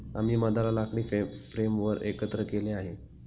आम्ही मधाला लाकडी फ्रेमवर एकत्र केले आहे